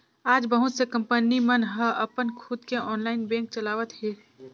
आज बहुत से कंपनी मन ह अपन खुद के ऑनलाईन बेंक चलावत हे